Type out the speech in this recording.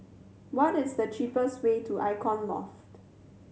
what is the cheapest way to Icon Loft